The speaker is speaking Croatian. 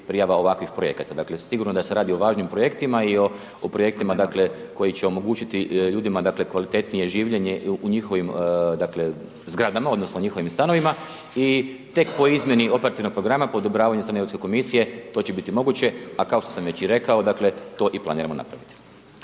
prijava ovakvih projekata. Dakle, sigurno da se radi o važnim projektima i o projektima, dakle, koji će omogućiti ljudima, dakle, kvalitetnije življenje u njihovim, dakle, zgradama odnosno njihovim stanovima i tek po izmjeni operativnog programa po odobravanju od strane Europske komisije to će biti moguće, a kao što sam već i rekao, dakle, to i planiramo napraviti.